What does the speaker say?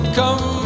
come